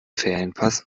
ferienpass